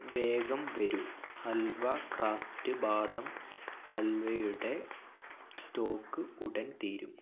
വേഗം വരൂ ഹൽവ ക്രാഫ്റ്റ് ബദാം ഹൽവയുടെ സ്റ്റോക്ക് ഉടൻ തീരും